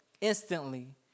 instantly